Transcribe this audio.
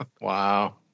Wow